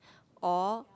or